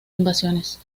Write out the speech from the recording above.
invasiones